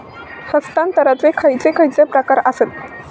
हस्तांतराचे खयचे खयचे प्रकार आसत?